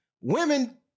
Women